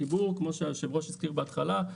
כמו שהיו"ר הזכיר בהתחלה,